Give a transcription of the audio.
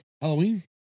Halloween